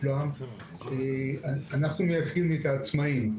אנחנו מייצגים את העצמאיים.